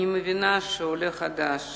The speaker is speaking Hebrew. אני מבינה שעולה חדש